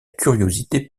curiosité